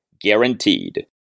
guaranteed